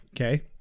okay